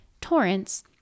torrents